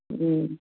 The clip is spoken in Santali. ᱦᱩᱸ